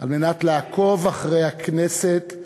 על מנת לעקוב אחרי הכנסת,